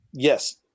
Yes